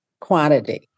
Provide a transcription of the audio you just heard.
quantity